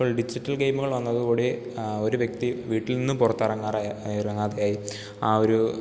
ഇപ്പോൾ ഡിജിറ്റൽ ഗെയ്മുകൾ വന്നതോടു കൂടി ഒരു വ്യക്തി വീട്ടിൽ നിന്നും പുറത്തിറങ്ങാറ ഇറങ്ങാതെ ആയി ആ ഒരു